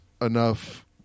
enough